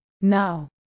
Now